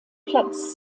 platz